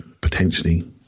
potentially